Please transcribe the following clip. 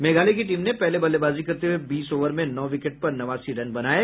मेघालय की टीम ने पहले बल्लेबाजी करते हुये बीस ओवर में नौ विकेट पर नवासी रन बनाये